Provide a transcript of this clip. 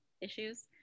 issues